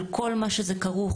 על כל מה שזה כרוך,